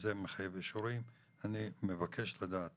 שזה מחייב אישורים, אני מבקש לדעת